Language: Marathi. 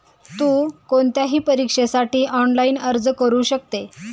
तु कोणत्याही परीक्षेसाठी ऑनलाइन अर्ज करू शकते